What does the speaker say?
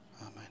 Amen